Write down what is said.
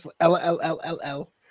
L-L-L-L-L